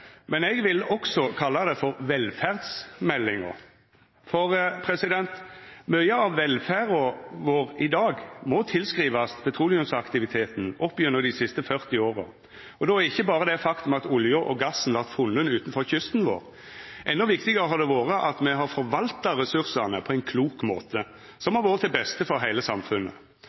men eg vil òg kalla det Velferdsmeldinga. Mykje av velferda vår i dag skriv seg frå petroleumsaktiviteten opp gjennom dei siste 40 åra, og då ikkje berre det faktum at olja og gassen vart funnen utanfor kysten vår. Endå viktigare har det vore at me har forvalta ressursane på ein klok måte, som har vore til beste for heile samfunnet.